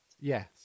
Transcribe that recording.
Yes